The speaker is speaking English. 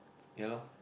ya lor